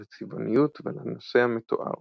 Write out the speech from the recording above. על הצבעוניות ועל הנושא המתואר.